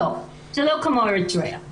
זה לא כמו אריתראה.